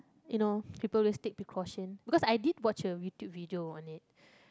you know people always take precaution because I did watch a YouTube video on it